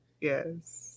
Yes